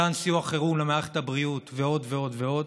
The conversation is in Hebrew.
מתן סיוע חירום למערכת הבריאות ועוד ועוד ועוד